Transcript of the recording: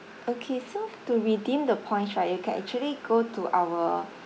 okay so to redeem the points right you can actually go to our